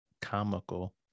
comical